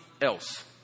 Else